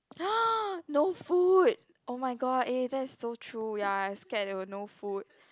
no food oh-my-god eh that is so true ya I scared they got food